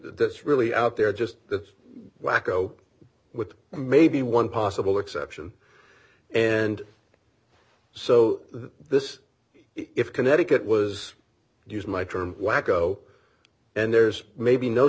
that's really out there just that whacko with maybe one possible exception and so this if connecticut was using my term whacko and there's maybe no